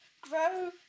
grow